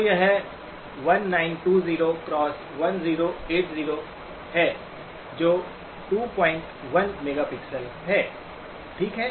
तो यह 1920 1080 है जो 21 मेगापिक्सेल है ठीक है